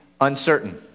uncertain